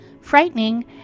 frightening